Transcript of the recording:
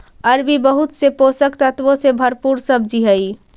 अरबी बहुत से पोषक तत्वों से भरपूर सब्जी हई